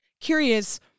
curious